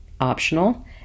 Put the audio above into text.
optional